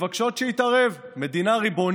היום אני רוצה להתחיל דווקא בשנת 63 לפני